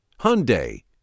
Hyundai